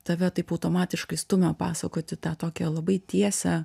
tave taip automatiškai stumia pasakoti tą tokią labai tiesią